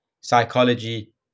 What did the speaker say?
psychology